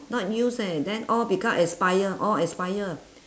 not use eh then all become expire all expire